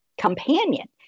companion